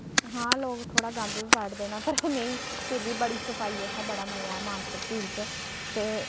हां लोक थोह्ड़ा गंद बी पाई ओड़दे न पर नेईं फिर बी बड़ी सफाई ऐ उत्थै बड़ा मजा ऐ मानसर झील च ते